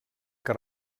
que